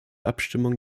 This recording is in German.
abstimmung